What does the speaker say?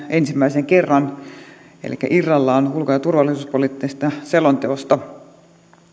ensimmäisen kerran erillisenä elikkä irrallaan ulko ja turvallisuuspoliittisesta selonteosta